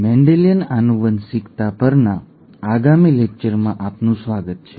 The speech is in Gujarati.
મેન્ડેલિયન આનુવંશિકતા પરના આગામી લેક્ચરમાં આપનું સ્વાગત છે